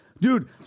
Dude